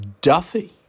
Duffy